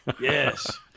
Yes